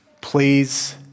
Please